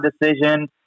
decision